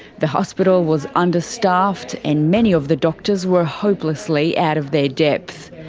the hospital was understaffed and many of the doctors were hopelessly out of their depth.